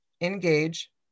engage